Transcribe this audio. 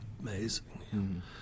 amazing